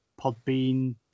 Podbean